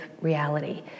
reality